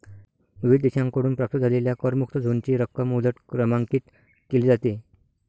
विविध देशांकडून प्राप्त झालेल्या करमुक्त झोनची रक्कम उलट क्रमांकित केली जाते